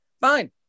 Fine